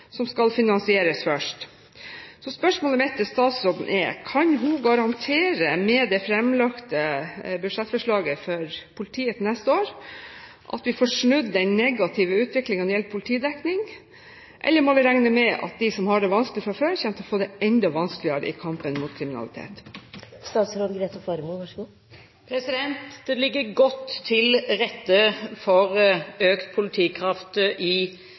som skal finansieres først. Spørsmålet mitt til statsråden er: Kan hun garantere, med det fremlagte budsjettforslaget for politiet neste år, at vi får snudd den negative utviklingen når det gjelder politidekning – eller må vi regne med at de som har det vanskelig fra før, kommer til å få det enda vanskeligere i kampen mot kriminalitet? Det ligger godt til rette for økt politikraft i